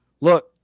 Look